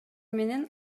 менен